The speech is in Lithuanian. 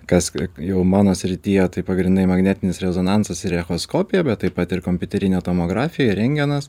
kas jau mano srityje tai pagrindai magnetinis rezonansas ir echoskopija bet taip pat ir kompiuterinė tomografija rentgenas